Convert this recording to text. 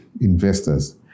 investors